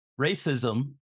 racism